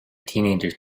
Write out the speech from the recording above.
teenagers